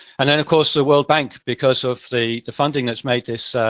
and then, of course, the world bank, because of the funding that's made this